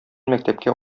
мәктәпкә